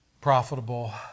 profitable